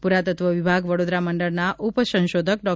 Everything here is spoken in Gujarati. પુરાતત્વ વિભાગ વડોદરા મંડળના ઉપસંશોધક ડો